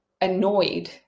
annoyed